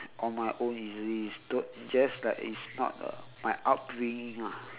on my own easily it's too just like it's not uh my upbringing ah